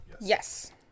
Yes